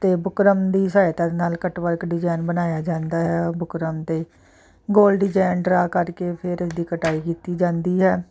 ਅਤੇ ਬੁਕਰਮ ਦੀ ਸਹਾਇਤਾ ਦੇ ਨਾਲ ਕੱਟ ਵਰਕ ਡਿਜ਼ਾਇਨ ਬਣਾਇਆ ਜਾਂਦਾ ਆ ਬੁਕਰਮ 'ਤੇ ਗੋਲ ਡਿਜਾਇਨ ਡਰਾ ਕਰਕੇ ਫਿਰ ਇਹਦੀ ਕਟਾਈ ਕੀਤੀ ਜਾਂਦੀ ਹੈ